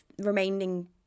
remaining